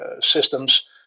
systems